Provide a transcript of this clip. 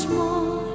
more